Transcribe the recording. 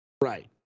Right